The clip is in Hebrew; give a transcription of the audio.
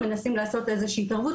מנסים לעשות איזה שהיא התערבות,